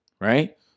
right